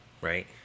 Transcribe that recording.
right